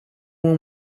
uma